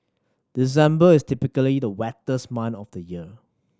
December is typically the wettest month of the year